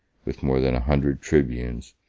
with more than a hundred tribunes,